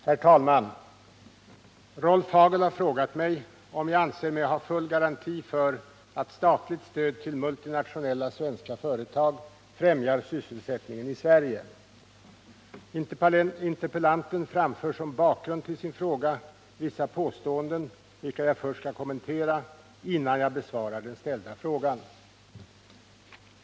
Herr talman! Rolf Hagel har frågat mig om jag anser mig ha full garanti för att statligt stöd till multinationella svenska företag främjar sysselsättningen i Sverige. Interpellanten framför som bakgrund till sin fråga vissa påståenden vilka jag först skall kommentera innan jag besvarar den ställda frågan.